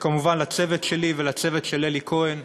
וכמובן לצוות שלי ולצוות של אלי כהן.